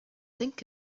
think